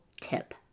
tip